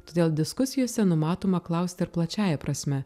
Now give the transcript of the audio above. todėl diskusijose numatoma klausti ir plačiąja prasme